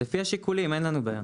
לפי אחד מהשיקולים.